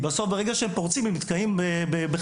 בסוף, ברגע שהם פורצים הם נתקלים בחסימה.